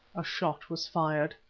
a shot was fired.